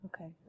Okay